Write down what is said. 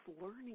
learning